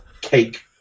cake